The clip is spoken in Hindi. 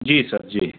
जी सर जी